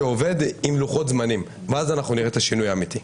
שעובד עם לוחות זמנים ואז אנחנו נראה את השינוי האמיתי.